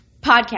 podcast